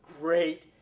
great